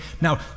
Now